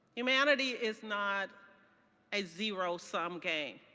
humanity is not a zero-sum game.